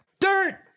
dirt